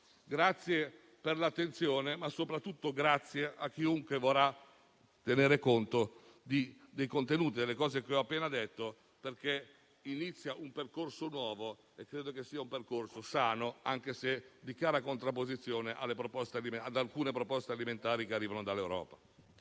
ringrazio per l'attenzione, ma soprattutto ringrazio chiunque vorrà tenere conto delle cose che ho appena detto, perché inizia un percorso nuovo e credo che sia un percorso sano, anche se di chiara contrapposizione ad alcune proposte alimentari che arrivano dall'Europa.